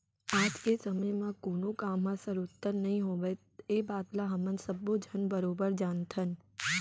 आज के समे म कोनों काम ह सरोत्तर नइ होवय ए बात ल हमन सब्बो झन बरोबर जानथन